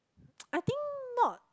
I think not